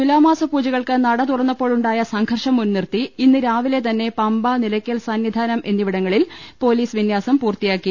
തുലാമാസ പൂജകൾക്ക് നടതുറന്നപ്പോഴുണ്ടായ സംഘർഷം മുൻനിർത്തി ഇന്ന് രാവിലെ തന്നെ പമ്പ നിലയ്ക്കൽ സന്നിധാനം എന്നിവിടങ്ങളിൽ പോലീസ് വിന്യാസം പൂർത്തിയാക്കി